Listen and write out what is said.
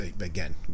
again